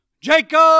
Jacob